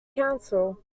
council